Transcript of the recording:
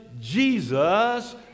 Jesus